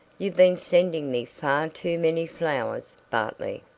you've been sending me far too many flowers, bartley.